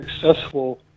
successful